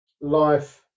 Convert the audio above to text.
life